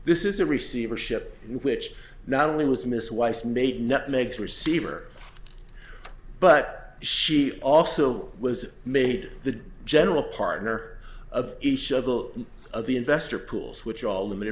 this is a receivership which not only was miss weiss made nutmegs receiver but she also was made the general partner of each of the of the investor pools which are all limited